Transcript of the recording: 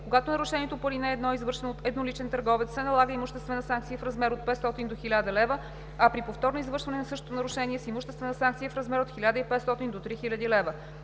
Когато нарушението по ал. 1 е извършено от едноличен търговец, се налага имуществена санкция в размер от 500 до 1000 лв., а при повторно извършване на същото нарушение – с имуществена санкция в размер от 1500 до 3000 лв.